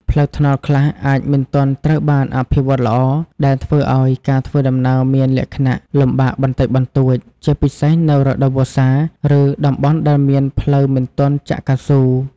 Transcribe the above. ផ្លូវថ្នល់ខ្លះអាចមិនទាន់ត្រូវបានអភិវឌ្ឍន៍ល្អ ដែលធ្វើឲ្យការធ្វើដំណើរមានលក្ខណៈលំបាកបន្តិចបន្តួច ជាពិសេសនៅរដូវវស្សា ឬតំបន់ដែលមានផ្លូវមិនទាន់ចាក់កៅស៊ូ។